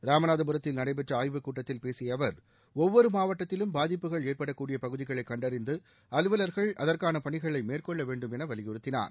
ராமநாதபுரத்தில் நடைபெற்ற ஆய்வுக் கூட்டத்தில் பேசிய அவர் ஒவ்வொரு மாவட்டத்திலும் பாதிப்புகள் ஏற்படக்கூடிய பகுதிகளை கண்டறிந்து அலுவலர்கள் அதற்கான பணிகளை மேற்கொள்ள வேண்டும் என்று வலியுறுத்தினார்